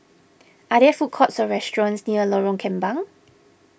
are there food courts or restaurants near Lorong Kembang